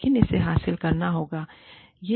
लेकिन इसे हासिल करना होगा